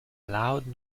loud